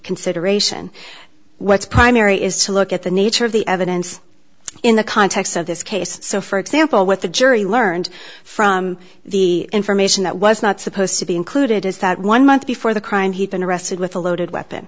consideration what's primary is to look at the nature of the evidence in the context of this case so for example what the jury learned from the information that was not supposed to be included is that one month before the crime he's been arrested with a loaded weapon